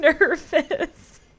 nervous